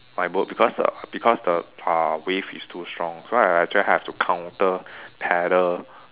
my boat because the because the uh wave is too strong so I I actually have to counter paddle